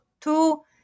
two